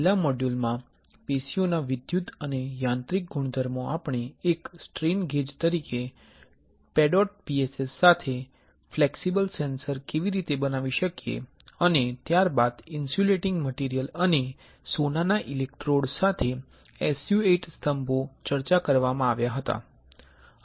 છેલ્લા મોડ્યુલ માં પેશીઓના વિદ્યુત અને યાંત્રિક ગુણધર્મો આપણે એક સ્ટ્રેન ગેજ તરીકે PEDOT PSS સાથે ફ્લેક્સિબલ સેન્સર કેવી રીતે બનાવી શકીએ અને ત્યારબાદ ઇન્સ્યુલેટીંગ મટિરિયલ અને સોનાના ઇલેક્ટ્રોડ સાથે SU 8 સ્તંભો ચર્ચા કરવામાં આવ્યા હતા